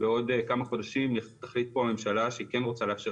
בעוד כמה חודשים תחליט פה הממשלה שהיא כן רוצה לאפשר